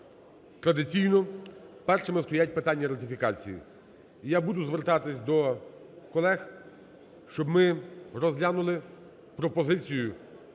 традиційно першими стоять питання ратифікації. І я буду звертатися до колег, щоб ми розглянули пропозицію